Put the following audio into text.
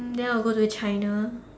then I will go to China